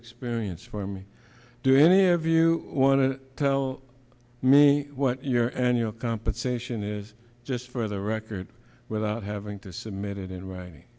experience for me do any of you want to tell me what your annual compensation is just for the record without having to submit it in writing